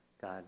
God